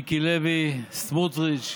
מיקי לוי, סמוטריץ,